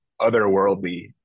otherworldly